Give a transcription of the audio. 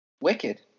wicked